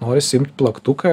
noris imt plaktuką